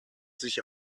sich